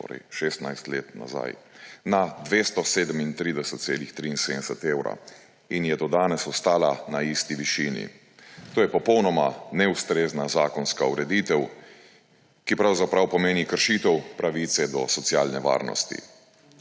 torej 16 let nazaj, na 237,73 evra in je do danes ostala na isti višini. To je popolnoma neustrezna zakonska ureditev, ki pravzaprav pomeni kršitev pravice do socialne varnosti.